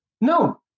No